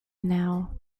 now